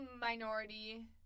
minority –